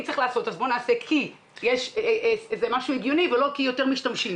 אם צריך לעשות אז בוא נעשה כי יש משהו הגיוני ולא כי יש יותר משתמשים.